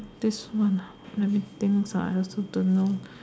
this one ah let me thinks ah I also don't know